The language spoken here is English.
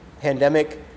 pandemic